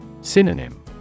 Synonym